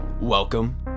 Welcome